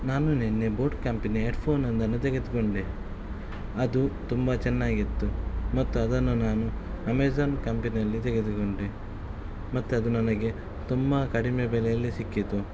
ನಾನು ನಿನ್ನೆ boat company headphone ಒಂದನ್ನು ತೆಗೆದುಕೊಂಡೆ ಅದು ತುಂಬ ಚೆನ್ನಾಗಿತ್ತು ಮತ್ತು ಅದನ್ನು ನಾನು ಅಮೇಜಾನ್ ಕಂಪೆನಿಯಲ್ಲಿ ತೆಗೆದುಕೊಂಡೆ ಮತ್ತು ಅದು ನನಗೆ ತುಂಬ ಕಡಿಮೆ ಬೆಲೆಯಲ್ಲಿ ಸಿಕ್ಕಿತು